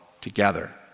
together